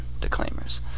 declaimers